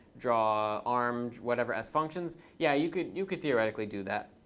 draw arm, whatever as functions, yeah, you could you could theoretically do that.